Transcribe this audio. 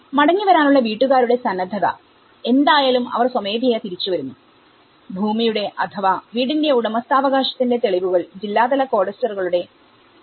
മടങ്ങിവരാനുള്ള വീട്ടുകാരുടെ സന്നദ്ധത എന്തായാലും അവർ സ്വമേധയാ തിരിച്ചുവരുന്നു ഭൂമിയുടെ അഥവാ വീടിന്റെ ഉടമസ്ഥാവകാശത്തിന്റെ തെളിവുകൾ ജില്ലാതല കേഡസ്റ്ററുകളുടെകയ്യിൽ ഉണ്ടായിരിക്കും